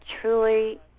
truly